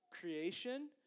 creation